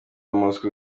moscow